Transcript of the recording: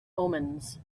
omens